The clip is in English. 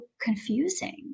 confusing